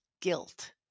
guilt